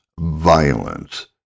violence